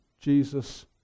Jesus